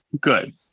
Good